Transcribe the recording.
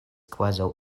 kvazaŭ